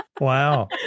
Wow